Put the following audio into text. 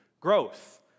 growth